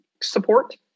support